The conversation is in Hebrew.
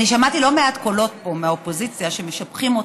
אני שמעתי לא מעט קולות פה מהאופוזיציה שמשבחים אותך,